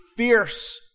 fierce